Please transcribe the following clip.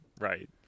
Right